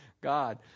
God